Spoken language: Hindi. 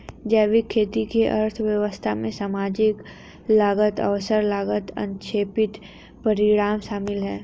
जैविक खेती का अर्थशास्त्र में सामाजिक लागत अवसर लागत अनपेक्षित परिणाम शामिल है